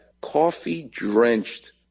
coffee-drenched